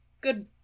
Good